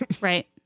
Right